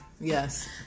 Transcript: Yes